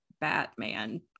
Batman